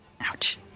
Ouch